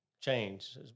change